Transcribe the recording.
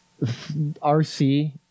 RC